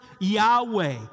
Yahweh